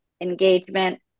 engagement